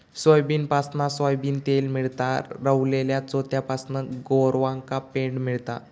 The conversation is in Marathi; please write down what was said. सोयाबीनपासना सोयाबीन तेल मेळता, रवलल्या चोथ्यापासना गोरवांका पेंड मेळता